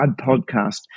podcast